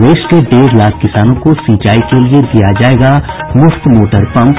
प्रदेश के डेढ़ लाख किसानों को सिंचाई के लिए दिया जायेगा मुफ्त मोटर पम्प